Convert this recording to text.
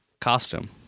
costume